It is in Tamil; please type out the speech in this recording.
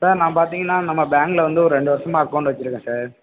சார் நான் பார்த்திங்கனா நம்ம பேங்கில் வந்து ஒரு ரெண்டு வருஷமாக அக்கௌன்ட் வச்சுருக்கேன் சார்